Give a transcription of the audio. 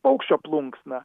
paukščio plunksną